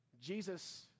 Jesus